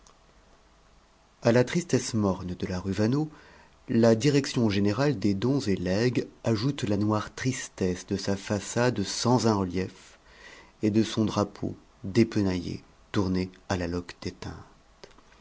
à la tristesse morne de la rue vaneau la direction générale des dons et legs ajoute la noire tristesse de sa façade sans un relief et de son drapeau dépenaillé tourné à la loque déteinte